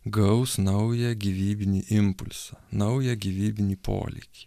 gaus naują gyvybinį impulsą naują gyvybinį polėkį